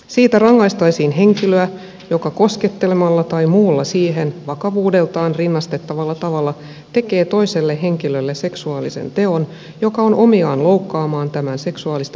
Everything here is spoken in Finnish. siitä rangaistaisiin henkilöä joka koskettelemalla tai muulla siihen vakavuudeltaan rinnastettavalla tavalla tekee toiselle henkilölle seksuaalisen teon joka on omiaan loukkaamaan tämän seksuaalista itsemääräämisoikeutta